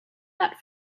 that